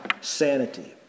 Sanity